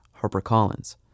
HarperCollins